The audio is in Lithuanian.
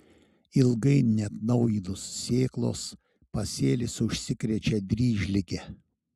ilgai neatnaujinus sėklos pasėlis užsikrečia dryžlige